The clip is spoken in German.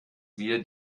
wir